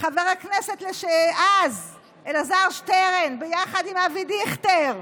חבר הכנסת אלעזר שטרן, ביחד עם אבי דיכטר,